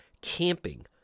camping